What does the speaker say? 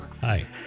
Hi